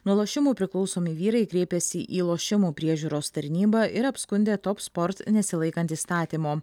nuo lošimų priklausomi vyrai kreipėsi į lošimų priežiūros tarnybą ir apskundė top sport nesilaikant įstatymo